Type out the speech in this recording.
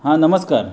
हां नमस्कार